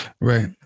Right